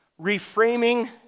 Reframing